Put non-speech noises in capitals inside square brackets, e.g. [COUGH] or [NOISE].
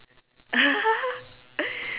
[LAUGHS]